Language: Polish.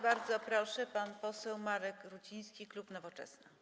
Bardzo proszę, pan poseł Marek Ruciński, klub Nowoczesna.